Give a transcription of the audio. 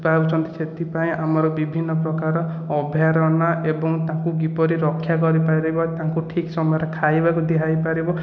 ପାଉଛନ୍ତି ସେଥିପାଇଁ ଆମର ବିଭିନ୍ନ ପ୍ରକାର ଅଭୟାରଣ୍ୟ ଏବଂ ତାଙ୍କୁ କିପରି ରକ୍ଷା କରିପାରିବା ତାଙ୍କୁ ଠିକ୍ ସମୟରେ ଖାଇବାକୁ ଦିଆ ହୋଇପାରିବ